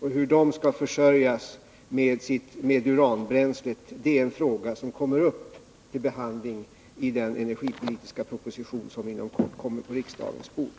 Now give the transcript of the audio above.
Hur de skall försörjas med uranbränsle är en fråga som kommer upp till behandling i den energipolitiska proposition som inom kort kommer på riksdagens bord.